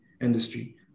industry